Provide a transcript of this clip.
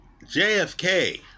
JFK